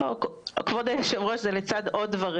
כבוד היושב-ראש, זה לצד עוד דברים.